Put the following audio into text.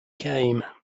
came